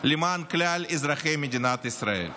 למען כלל אזרחי מדינת ישראל.